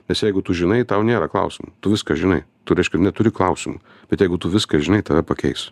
nes jeigu tu žinai tau nėra klausimų tu viską žinai tu reiškia neturi klausimų bet jeigu tu viską žinai tave pakeis